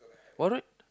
what road